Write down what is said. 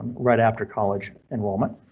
right after college enrollment.